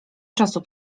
czasu